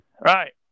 right